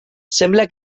sembla